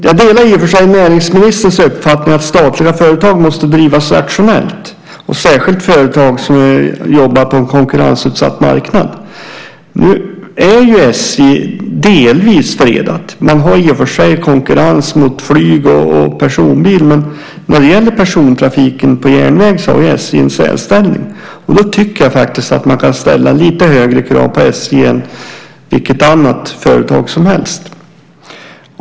Jag delar i och för sig näringsministerns uppfattning att statliga företag måste drivas rationellt, särskilt företag som jobbar på en konkurrensutsatt marknad. SJ är ju delvis fredat. Man har i och för sig konkurrens från flyg och personbilar. Men när det gäller persontrafiken på järnväg har ju SJ en särställning. Då tycker jag att man kan ställa lite större krav på SJ än på vilket annat företag som helst.